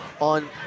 on